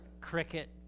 cricket